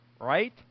Right